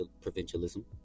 provincialism